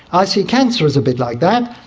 i see cancer as a bit like that.